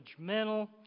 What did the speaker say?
judgmental